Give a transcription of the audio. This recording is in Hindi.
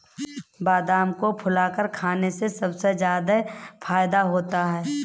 बादाम को फुलाकर खाने से सबसे ज्यादा फ़ायदा होता है